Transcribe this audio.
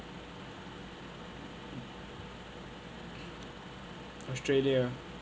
australia